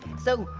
so,